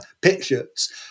pictures